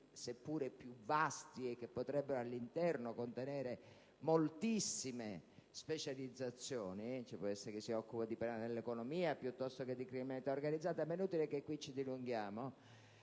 seppure più vasti, e che potrebbero contenere all'interno moltissime specializzazioni: ci può essere chi si occupa di penale nell'economia piuttosto che di criminalità organizzata; ma è inutile che ci dilunghiamo),